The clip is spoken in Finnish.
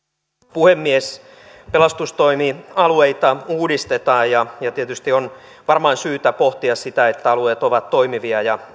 puhemies pelastustoimialueita uudistetaan ja tietysti on varmaan syytä pohtia sitä että alueet ovat toimivia ja